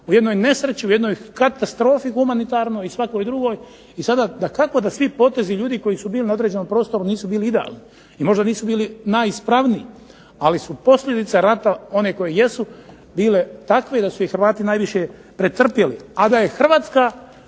u jednoj nesreći u jednoj katastrofi humanitarnoj i svakoj drugoj. I sada kako da svi potezi ljudi koji su bili na određenom prostoru nisu bili idealni i možda nisu bili najuspravniji, ali su posljedice rata one koje jesu bile takve i da su ih Hrvati najviše pretrpjeli, a da je HRvatska